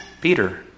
Peter